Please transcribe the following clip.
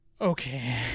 Okay